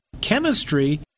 chemistry